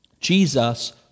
Jesus